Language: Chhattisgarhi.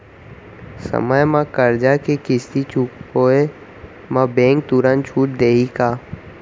समय म करजा के किस्ती चुकोय म बैंक तुरंत छूट देहि का?